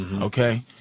Okay